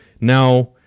now